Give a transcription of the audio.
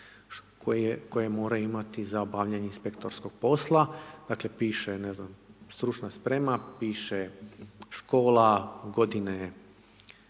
koje moraju imati za obavljanje inspektorskog posla, dakle, piše, ne znam, stručna sprema, piše škola godine